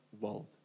world